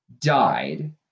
died